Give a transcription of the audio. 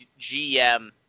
GM